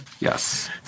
Yes